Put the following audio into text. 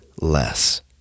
less